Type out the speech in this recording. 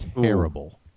terrible